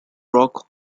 rock